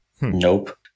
Nope